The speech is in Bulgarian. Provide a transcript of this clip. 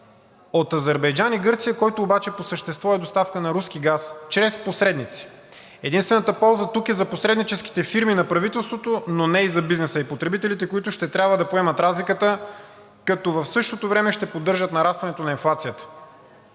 от Азербайджан и Гърция, който обаче по същество е доставка на руски газ чрез посредници. Единствената полза тук е за посредническите фирми на правителството, но не и за бизнеса и потребителите, които ще трябва да поемат разликата, като в същото време ще поддържат нарастването на инфлацията.